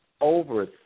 over